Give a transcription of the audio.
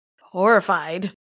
horrified